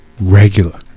regular